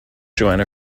joanna